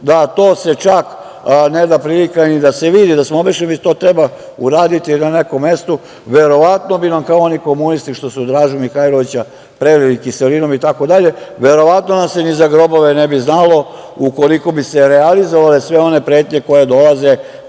da se to čak ne da prilika ni da se vidi da smo obešeni, već to treba uraditi na nekom mestu, verovatno bi nam kao oni komunisti što su Dražu Mihajlovića prelili kiselinom itd, verovatno nam se ni za grobove ne bi znalo, ukoliko bi se realizovale sve one pretnje koje dolaze